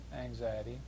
anxiety